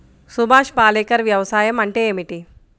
సుభాష్ పాలేకర్ వ్యవసాయం అంటే ఏమిటీ?